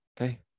okay